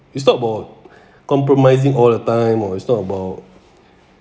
it's not about compromising all the time or it's not about